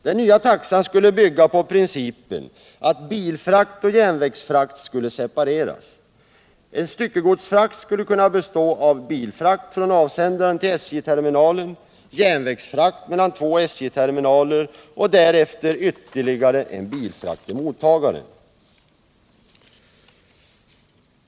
Den nya taxan skulle bygga på principen att bilfrakt och järnvägsfrakt skulle separeras. En styckegodsfrakt skulle kunna bestå av bilfrakt från avsändaren till SJ terminalen, järnvägsfrakt mellan två SJ-terminaler och därefter ytterligare en bilfrakt till mottagaren.